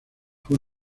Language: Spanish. fue